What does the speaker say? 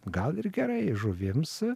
gal ir gerai žuvims